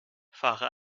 fahre